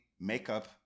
Makeup